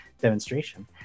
demonstration